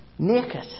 Naked